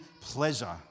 pleasure